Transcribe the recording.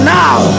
now